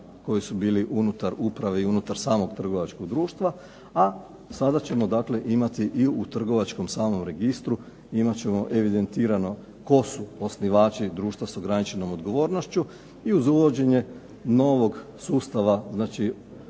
koji su bili unutar uprave ili unutar trgovačkog društva, a sada ćemo dakle imati i u trgovačkom samom registru imat ćemo evidentirano tko su osnivači društva sa ograničenom odgovornošću i uz uvođenje novog sustava, znači